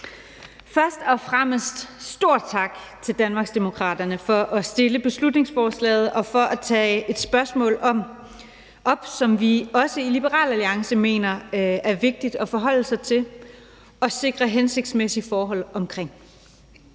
sige en stor tak til Danmarksdemokraterne for at fremsætte beslutningsforslaget og for at tage et spørgsmål op, som vi også i Liberal Alliance mener er vigtigt at forholde sig til og sikre hensigtsmæssige forhold omkring.